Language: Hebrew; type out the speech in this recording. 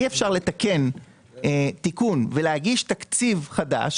אי-אפשר לתקן תיקון ולהגיש תקציב חדש,